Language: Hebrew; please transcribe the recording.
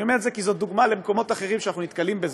ואני אומר את זה כי זאת דוגמה למקומות אחרים שאנחנו נתקלים בזה,